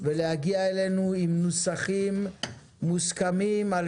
ולהגיע אלינו עם נוסחים מוסכמים על